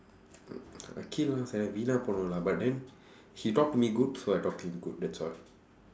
akhil வந்து வீணா போனவன்:vandthu viinaa poonavan lah but then he talk to me good so I talk to him good that's all